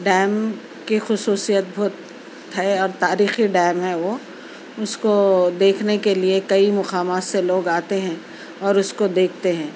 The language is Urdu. ڈیم کی خصوصیت بہت ہے اور تاریخی ڈیم ہے وہ اس کو دیکھنے کے لئے کئی مقامات سے لوگ آتے ہیں اور اس کو دیکھتے ہیں